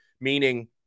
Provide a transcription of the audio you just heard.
meaning